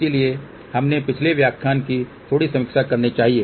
इसलिए हमें पिछले व्याख्यान की थोड़ी समीक्षा करनी चाहिए